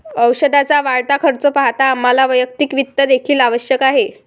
औषधाचा वाढता खर्च पाहता आम्हाला वैयक्तिक वित्त देखील आवश्यक आहे